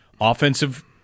offensive